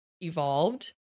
evolved